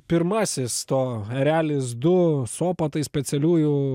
pirmasis to erelis du sopo tai specialiųjų